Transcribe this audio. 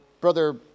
Brother